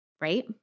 right